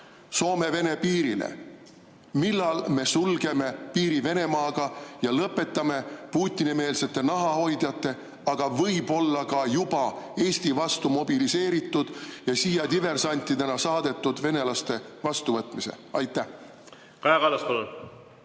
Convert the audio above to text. Soome-Vene piirile. Millal me sulgeme piiri Venemaaga ja lõpetame Putini-meelsete nahahoidjate, aga võib-olla ka juba Eesti vastu mobiliseeritud ja siia diversantidena saadetud venelaste vastuvõtmise? Aitäh,